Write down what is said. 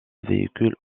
véhicules